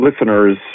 listeners